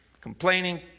complaining